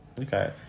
okay